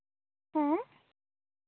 ᱦᱮᱸ